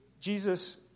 Jesus